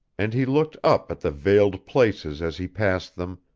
and he looked up at the veiled places as he passed them,